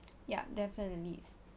ya definitely